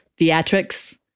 theatrics